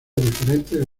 diferentes